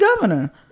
governor